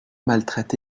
maltraite